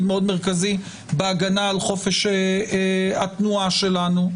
מאוד מרכזי בהגנה על חופש התנועה שלנו.